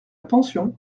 pension